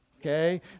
Okay